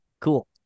cool